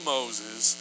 Moses